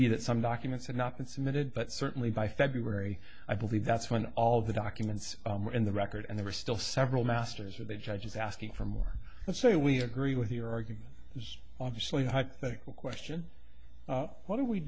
be that some documents are not been submitted but certainly by february i believe that's when all the documents are in the record and there are still several masters of the judges asking for more let's say we agree with your argument obviously hypothetical question what do we